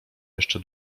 jeszcze